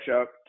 up